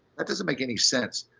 that doesn't make any sense.